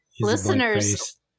listeners